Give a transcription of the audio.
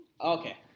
Okay